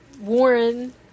Warren